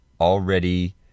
already